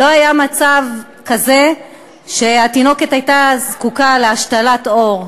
לא היה מצב כזה שהתינוקת הייתה זקוקה להשתלת עור.